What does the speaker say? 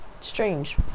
strange